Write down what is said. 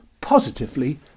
positively